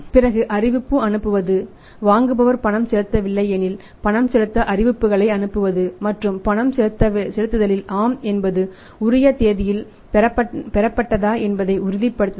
பிறகு அறிவிப்பு அனுப்புவது வாங்குபவர் பணம் செலுத்தவில்லை எனில் பணம் செலுத்த அறிவிப்புகளை அனுப்புவது மற்றும் பணம் செலுத்துதலில் "ஆம்" என்பது உரிய தேதியில் பெறப்பட்டதா என்பதை உறுதிப்படுத்துதல்